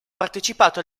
partecipato